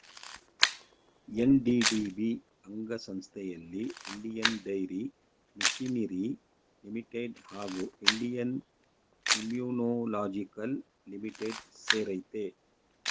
NDDB ಅಂಗಸಂಸ್ಥೆಲಿ Indian Dairy Machinery Limited ಹಾಗೂ Indian Immunologicals Limited ಸೇರಯ್ತೆ